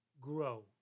grow